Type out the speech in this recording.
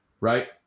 Right